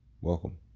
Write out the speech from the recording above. Welcome